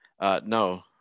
No